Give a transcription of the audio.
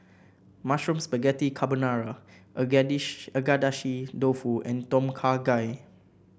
Mushroom Spaghetti Carbonara Agedashi Dofu and Tom Kha Gai